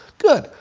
good.